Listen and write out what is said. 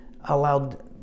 allowed